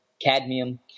cadmium